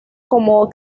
como